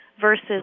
versus